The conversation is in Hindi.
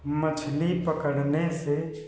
मछली पकड़ने से